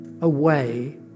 away